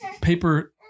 paper